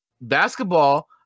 basketball